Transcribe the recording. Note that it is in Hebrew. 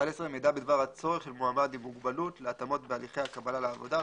(11) מידע בדבר הצורך של מועמד עם מוגבלות להתאמות בהליכי הקבלה לעבודה,